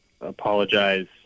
apologize